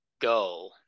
go